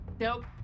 Nope